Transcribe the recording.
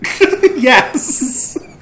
Yes